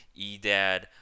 Edad